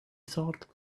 thought